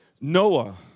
Noah